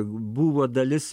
buvo dalis